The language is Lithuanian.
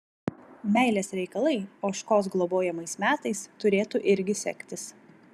meilės reikalai ožkos globojamais metais turėtų irgi sektis